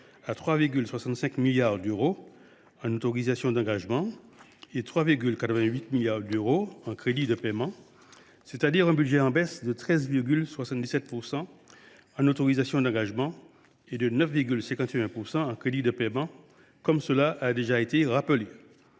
à 3,65 milliards d’euros en autorisations d’engagement et à 3,88 milliards d’euros en crédits de paiement, soit une baisse de 13,77 % en autorisations d’engagement et de 9,51 % en crédits de paiement, comme cela a déjà été rappelé.